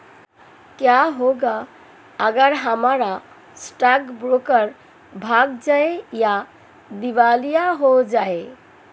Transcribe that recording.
क्या होगा अगर हमारा स्टॉक ब्रोकर भाग जाए या दिवालिया हो जाये?